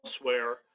elsewhere